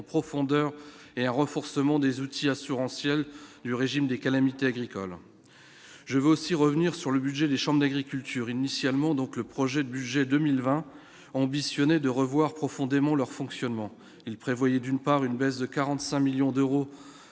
profondeur et un renforcement des outils assurantiels du régime des calamités agricoles, je veux aussi revenir sur le budget des chambres d'agriculture, initialement, donc le projet de budget 2020 ambitionné de revoir profondément leur fonctionnement, il prévoyait d'une part, une baisse de 45 millions d'euros